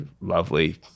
lovely